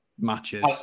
matches